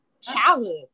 childhood